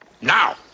Now